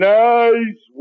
nice